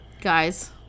Guys